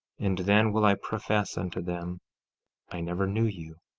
and then will i profess unto them i never knew you